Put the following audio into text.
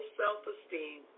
self-esteem